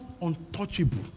untouchable